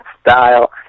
style